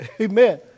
Amen